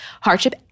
hardship